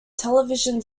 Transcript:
television